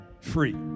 free